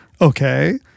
Okay